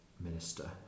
minister